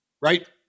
right